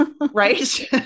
Right